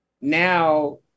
now